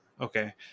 Okay